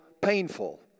painful